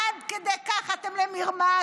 עד כדי כך אתם למרמס?